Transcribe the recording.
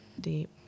Deep